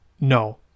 No